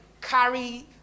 carry